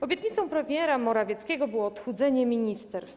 Obietnicą premiera Morawieckiego było odchudzenie ministerstw.